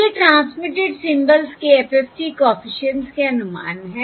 ये transmitted symbols के FFT coefficients के अनुमान हैं